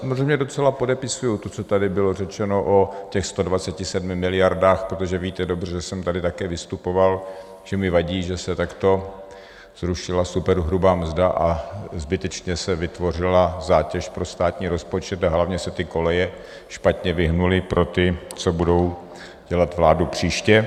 Samozřejmě docela podepisuji to, co tady bylo řečeno o těch 127 miliardách, protože víte dobře, že jsem tady také vystupoval, že mi vadí, že se takto zrušila superhrubá mzda a zbytečně se vytvořila zátěž pro státní rozpočet, a hlavně se ty koleje špatně vyhnuly pro ty, co budou dělat vládu příště.